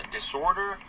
Disorder